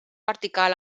vertical